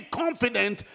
confident